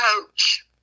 coach